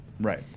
Right